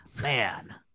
man